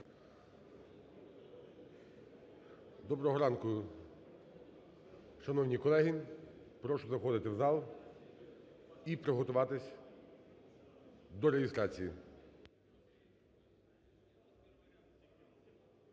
Доброго ранку, шановні колеги! Прошу заходити в зал і приготуватись до реєстрації.